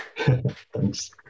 Thanks